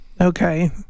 okay